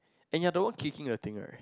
and you are the one kicking the thing right